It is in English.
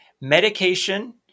Medication